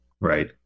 Right